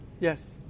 Yes